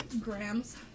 Grams